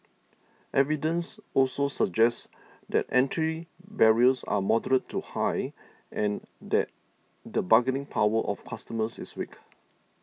evidence also suggests that entry barriers are moderate to high and that the bargaining power of customers is weak